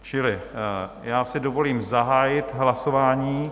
Čili já si dovolím zahájit hlasování.